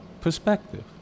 perspective